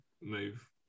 move